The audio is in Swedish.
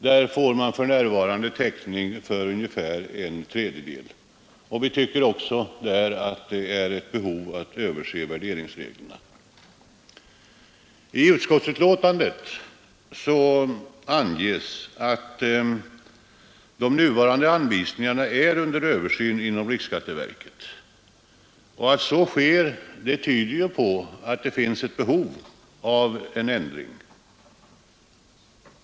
För närvarande får man täckning för ungefär en tredjedel, och vi tycker också därvidlag att det finns behov av att överse värderingsreglerna. I utskottsbetänkandet anges att de nuvarande anvisningarna är under översyn inom riksskatteverket. Att så sker tyder ju på att det finns behov av en ändring.